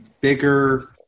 bigger